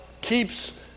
keeps